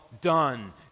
done